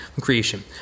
creation